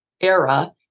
era